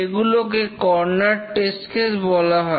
সেগুলোকে corner test case বলা হয়